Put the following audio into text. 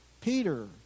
Peter